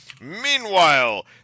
Meanwhile